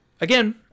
again